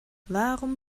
warum